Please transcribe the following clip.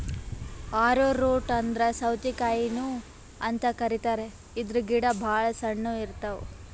ಆರೊ root ಅಂದ್ರ ಸೌತಿಕಾಯಿನು ಅಂತ್ ಕರಿತಾರ್ ಇದ್ರ್ ಗಿಡ ಭಾಳ್ ಸಣ್ಣು ಇರ್ತವ್